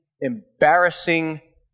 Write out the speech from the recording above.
embarrassing